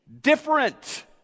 Different